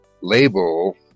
Label